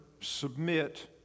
submit